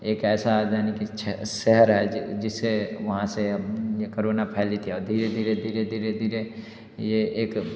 एक ऐसा यानि कि छः शहर है जिससे वहाँ से ये करोना फैली थी और धीरे धीरे धीरे धीरे ये एक